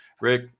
rick